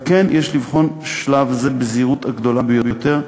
על כן, יש לבחון שלב זה בזהירות הגדולה ביותר,